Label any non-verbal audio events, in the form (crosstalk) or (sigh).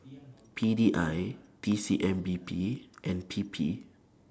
(noise) P D I T C M B P and P P